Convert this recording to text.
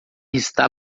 está